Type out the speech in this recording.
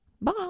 bye